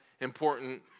important